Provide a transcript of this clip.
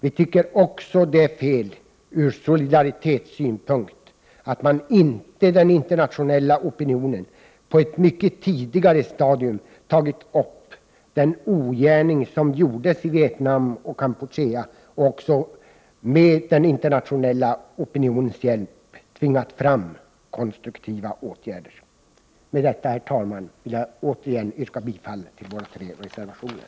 Vi tycker också att det är fel från solidaritetssynpunkt att den internationella opinionen inte på ett mycket tidigare stadium har tagit upp den ogärning som gjordes i Vietnam och Kampuchea och tvingat fram konstruktiva åtgärder. Med detta vill jag, herr talman, återigen yrka bifall till våra tre reservationer.